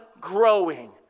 growing